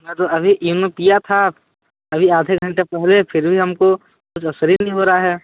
हाँ तो अभी ईनो पिया था अभी आधे घंटे पहले फिर भी हमको सही नहीं हो रहा है